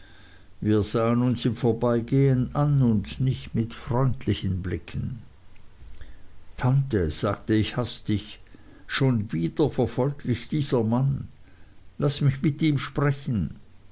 wir sahen uns im vorbeigehen an und nicht mit freundlichen blicken tante sagte ich hastig schon wieder verfolgt dich dieser mann laß mich mit ihm sprechen